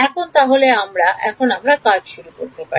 এখন তাহলে আমরা এখন আমরা কাজ শুরু করতে পারি